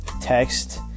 text